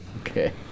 Okay